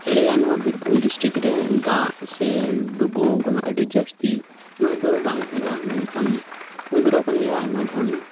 ᱟᱞᱮᱭᱟᱜ ᱱᱚᱶᱟ ᱵᱤᱨᱵᱷᱩᱢ ᱰᱤᱥᱴᱤᱠ ᱨᱮ ᱫᱟᱜ ᱥᱮ ᱰᱩᱵᱟᱹ ᱚᱱᱠᱟ ᱟᱰᱤ ᱡᱟᱥᱛᱤ ᱩᱱᱟᱹᱜ ᱫᱚ ᱵᱟᱝ ᱦᱳᱭᱳᱜᱼᱟ ᱢᱮᱱᱠᱷᱟᱱ ᱦᱳᱭ ᱵᱟᱲᱟᱣ ᱠᱟᱱ ᱜᱮᱭᱟ ᱟᱭᱢᱟ ᱫᱷᱟᱣ